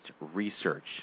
research